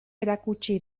erakutsi